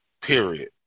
period